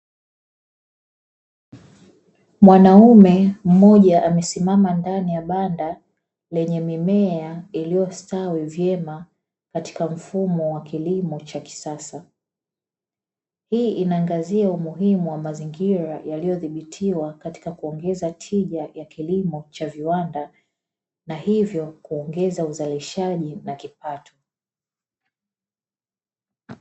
Mwanaume mmoja amesimama ndani ya banda lenye mimea iliyostawi vyema katika mfumo wa kilimo cha kisasa. Hii inaangazia umuhimu wa mazingira yaliyodhibitiwa katika kuongeza tija ya kilimo cha viwanda na hivyo kuongeza uzalishaji na kipato.